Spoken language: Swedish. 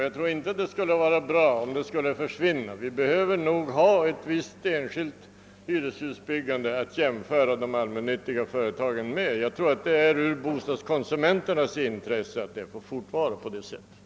Jag tror inte det skulle vara bra om det skulle försvinna. Vi behöver nog ha ett visst enskilt hyreshusbyggande att jämföra de allmännyttiga företagens med. Jag tror att det även ur konsumenternas intresse är att att det får fortfara på det sättet.